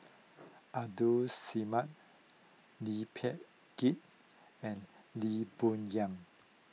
Abdul Samad Lee Peh Gee and Lee Boon Yang